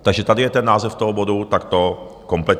Takže tady je název toho bodu, takto kompletní.